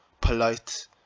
polite